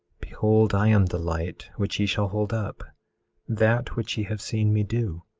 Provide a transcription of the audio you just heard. behold i am the light which ye shall hold up that which ye have seen me do.